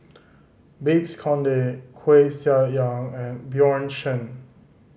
Babes Conde Koeh Sia Yong and Bjorn Shen